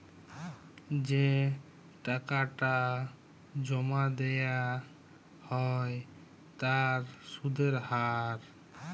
যে টাকাটা জমা দেয়া হ্য় তার সুধের হার